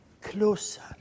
closer